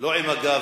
לא עם הגב